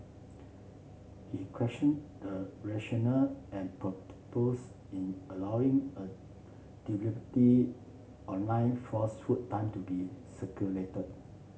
he question the rationale and in allowing a online falsehood time to be circulated